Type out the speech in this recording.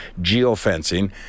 geofencing